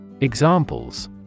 Examples